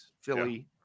Philly